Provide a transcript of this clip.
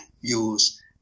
use